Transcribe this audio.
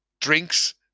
drinks